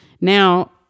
Now